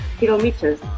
kilometers